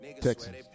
Texans